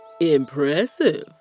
Impressive